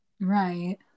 Right